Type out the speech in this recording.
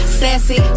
Sassy